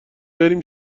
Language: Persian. بریم